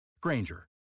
Granger